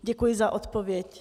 Děkuji za odpověď.